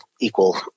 equal